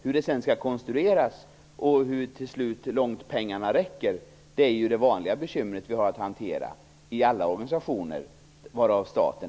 Hur det sedan skall konstrueras och hur långt pengarna till slut räcker är ju de vanliga bekymmer vi har att hantera i alla organisationer, även staten.